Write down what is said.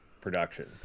production